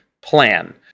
plan